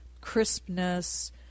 crispness